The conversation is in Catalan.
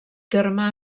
terme